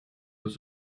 aux